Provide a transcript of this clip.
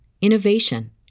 innovation